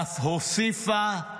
ואף הוסיפה: